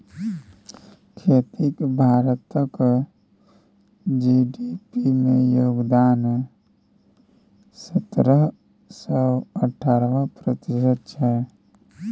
खेतीक भारतक जी.डी.पी मे योगदान सतरह सँ अठारह प्रतिशत छै